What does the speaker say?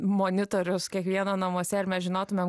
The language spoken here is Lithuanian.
monitorius kiekvieno namuose air mes žinotumėm